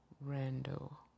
Randall